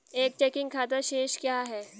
एक चेकिंग खाता शेष क्या है?